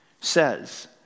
says